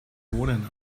wohnen